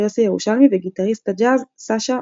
יוסי ירושלמי וגיטריסט הג'אז סאשה פופיאן.